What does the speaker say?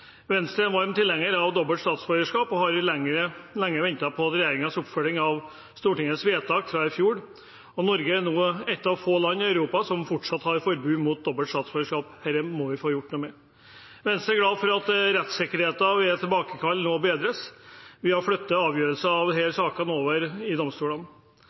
Venstre er en varm tilhenger av dobbelt statsborgerskap og har lenge ventet på regjeringens oppfølging av Stortingets vedtak fra i fjor. Norge er nå et av få land i Europa som fortsatt har forbud mot dobbelt statsborgerskap. Dette må vi få gjort noe med. Venstre er glad for at rettssikkerheten ved tilbakekall nå bedres. Vi har flyttet avgjørelsen av disse sakene over i domstolene.